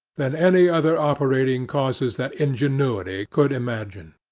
than any other operating causes that ingenuity could imagine.